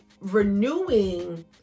renewing